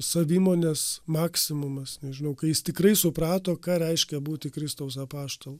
savimonės maksimumas nežinau kai jis tikrai suprato ką reiškia būti kristaus apaštalu